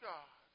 God